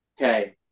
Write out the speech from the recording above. Okay